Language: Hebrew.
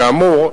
כאמור,